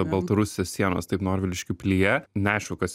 baltarusijos sienos taip norviliškių pilyje neaišku kas